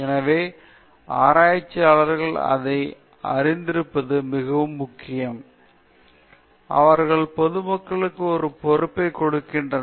எனவே ஆராய்ச்சியாளர்கள் அதை அறிந்திருப்பது மிக முக்கியம் மற்றும் பல்வேறு வகையான தீமைகள் உள்ளன வேண்டுமென்றே அலட்சியமாகவும் பொறுப்பற்றதாகவும் நீங்கள் மூன்று வகையான தீங்குகளை தவிர்க்கவும் அதைத் தடுக்கவும் முயற்சி செய்ய வேண்டும்